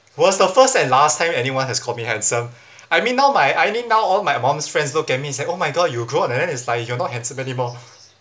was the first and last time anyone has called me handsome I mean now my I mean now all my mum's friends look at me say oh my god you grown and then it's like you're not handsome anymore